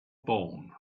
born